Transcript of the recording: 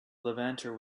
levanter